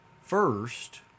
first